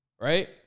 right